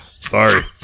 Sorry